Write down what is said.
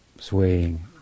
swaying